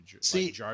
See